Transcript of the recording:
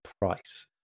price